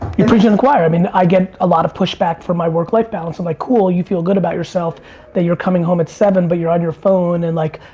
you're preaching to the choir. i mean, i get a lot of pushback from my work-life balance. i'm like, cool you feel good about yourself that you're coming home at seven, but you're on your phone and like,